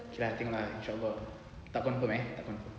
okay tengok lah in shaa Allah tak confirm eh